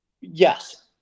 yes